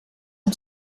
amb